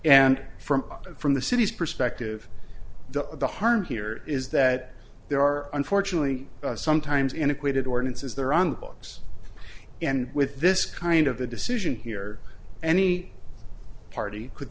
and from and from the city's perspective to the harm here is that there are unfortunately sometimes integrated ordinances there on the books and with this kind of a decision here any party could